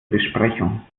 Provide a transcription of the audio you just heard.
besprechung